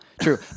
True